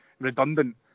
redundant